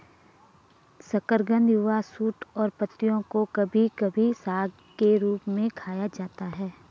शकरकंद युवा शूट और पत्तियों को कभी कभी साग के रूप में खाया जाता है